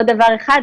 עוד דבר אחד,